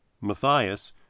Matthias